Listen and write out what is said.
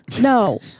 No